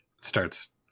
starts